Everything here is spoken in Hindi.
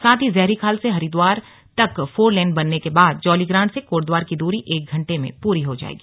साथ ही जयहरीखाल से हरिद्वार तक फोरलेन बनने के बाद जौलीग्रांट से कोटद्वार की दूरी एक घण्टे में पूरी हो जायेगी